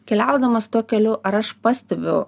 keliaudamas tuo keliu ar aš pastebiu